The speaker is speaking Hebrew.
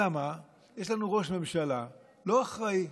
אלא מה, יש לנו ראש ממשלה לא אחראי.